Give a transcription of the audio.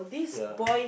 ya